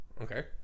Okay